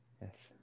Yes